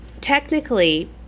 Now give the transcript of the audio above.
Technically